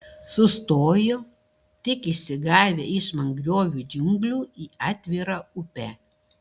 sustojo tik išsigavę iš mangrovių džiunglių į atvirą upę